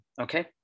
okay